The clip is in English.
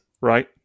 right